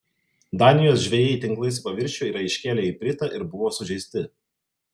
danijos žvejai tinklais į paviršių yra iškėlę ipritą ir buvo sužeisti